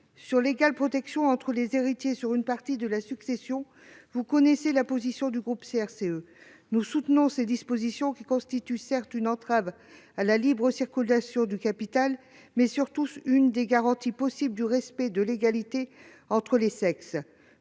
Sur l'égale protection entre les héritiers sur une partie de la succession, vous connaissez la position du groupe CRCE. Nous soutenons ces dispositions, qui constituent, certes, une entrave à la libre circulation du capital, mais, surtout, l'une des garanties possibles du respect de l'égalité entre les sexes.